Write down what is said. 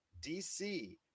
DC